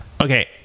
Okay